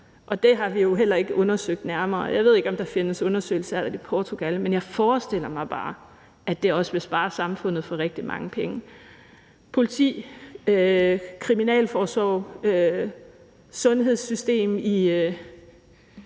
Det har vi jo heller ikke undersøgt nærmere; jeg ved ikke, om der findes undersøgelser af det i Portugal. Men jeg forestiller mig bare, at det også vil spare samfundet for rigtig mange penge – politi, kriminalforsorg, sundhedssystem i